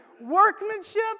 workmanship